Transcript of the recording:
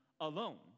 alone